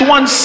One